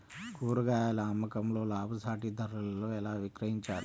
కూరగాయాల అమ్మకంలో లాభసాటి ధరలలో ఎలా విక్రయించాలి?